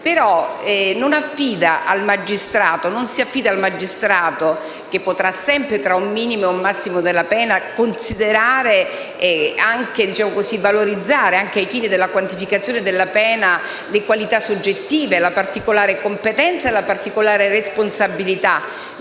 non si affida al magistrato, che può sempre, tra un minimo e un massimo della pena, valorizzare ai fini della quantificazione della sanzione le qualità soggettive, la particolare competenza e la particolare responsabilità